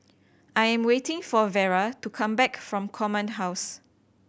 I'm waiting for Vera to come back from Command House